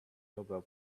nobel